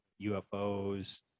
ufos